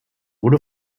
wurde